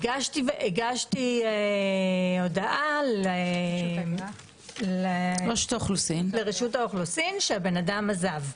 הגשתי הודעה לרשות האוכלוסין שהבן-אדם עזב.